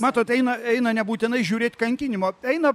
matot eina eina nebūtinai žiūrėt kankinimo eina